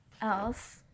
else